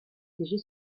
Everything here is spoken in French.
piéger